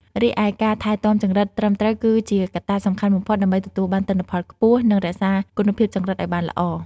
រីឯការថែទាំចង្រិតត្រឹមត្រូវគឺជាកត្តាសំខាន់បំផុតដើម្បីទទួលបានទិន្នផលខ្ពស់ និងរក្សាគុណភាពចង្រិតឲ្យបានល្អ។